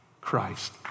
Christ